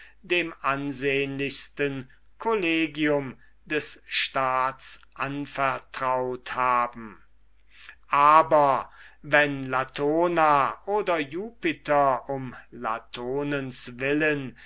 dem ansehnlichsten collegio des staats anvertraut haben aber wenn latona oder jupiter um latonens willen